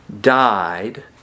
died